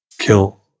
kill